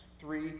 Three